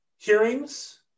Hearings